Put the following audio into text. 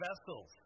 vessels